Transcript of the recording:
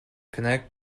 connect